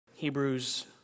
Hebrews